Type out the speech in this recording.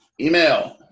Email